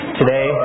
today